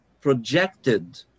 projected